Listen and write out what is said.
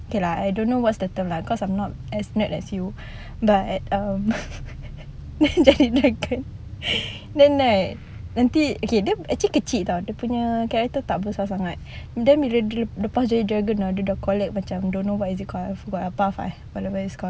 okay lah I don't know what's the term lah cause I'm not as nerd as you but um jadi dragon then right nanti okay dia actually kecil [tau] dia punya character tak besar sangat then bila dia lepas jadi dragon dia dah collect macam don't know what is it called I forgot apa five whatever it's called